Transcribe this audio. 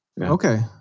Okay